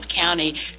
County